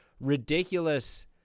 ridiculous